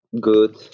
good